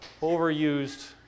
overused